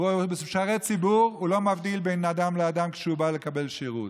ומשרת ציבור הוא לא מבדיל בין אדם לאדם כשהם באים לקבל שירות.